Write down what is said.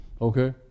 Okay